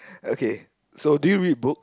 okay so do you read book